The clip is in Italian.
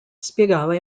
spiegava